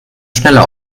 schneller